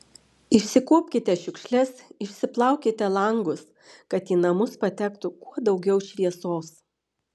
išsikuopkite šiukšles išsiplaukite langus kad į namus patektų kuo daugiau šviesos